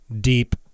deep